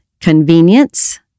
convenience